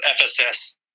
FSS